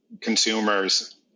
consumers